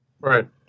Right